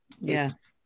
Yes